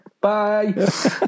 Bye